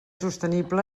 sostenible